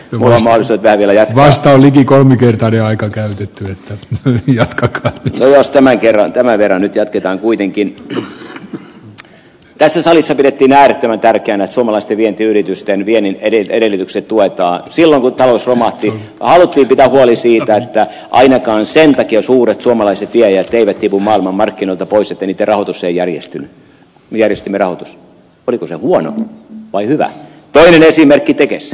monelle bändille ja vastaan liki kolme kertaa ja aikaa käytetty lehti jatkaa jos tämän kerran tämän levännyt jatketaan kuitenkin että tässä salissa nähtävä tärkeänä suomalaisten vientiyritysten viennin edellytykset tuottaa sille mutta isomäki pitää huoli siitä että ainakaan sen takia suuret suomalaiset viejät eivät tipu maailmanmarkkinoilta pois eniten rahoitus on järjestynyt viestin erotus oli tosi huono vai hyvä esimerkki tekes